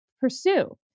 pursue